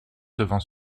devant